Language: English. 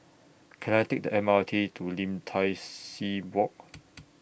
Can I Take The M R T to Lim Tai See Walk